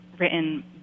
written